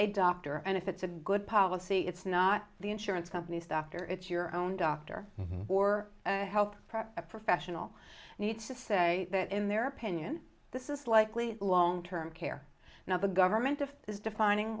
a doctor and if it's a good policy it's not the insurance company's doctor it's your own doctor or health professional needs to say that in their opinion this is likely long term care now the government of defining